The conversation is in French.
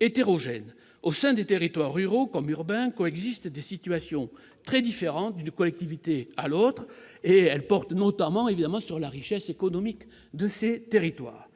et hétérogènes. Au sein des territoires ruraux, comme urbains, coexistent des situations très différentes d'une collectivité à une autre, qui tiennent notamment à la richesse économique de chacune d'entre